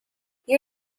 you